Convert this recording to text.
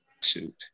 suit